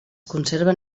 conserven